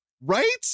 Right